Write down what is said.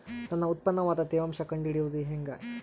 ನನ್ನ ಉತ್ಪನ್ನದ ತೇವಾಂಶ ಕಂಡು ಹಿಡಿಯುವುದು ಹೇಗೆ?